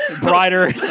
brighter